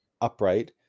upright